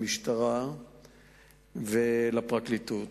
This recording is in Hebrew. למשטרה ולפרקליטות.